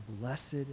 blessed